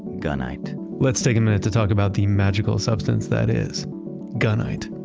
gunite let's take a minute to talk about the magical substance that is gunite.